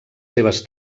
seves